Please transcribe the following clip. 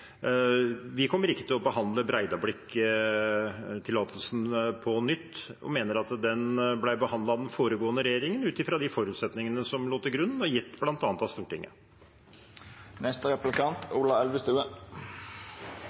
Vi kommer ikke til å behandle Breidablikk-tillatelsen på nytt og mener den ble behandlet av den foregående regjeringen ut fra de forutsetningene som lå til grunn, som bl.a. var gitt av Stortinget.